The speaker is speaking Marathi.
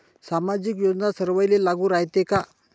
सामाजिक योजना सर्वाईले लागू रायते काय?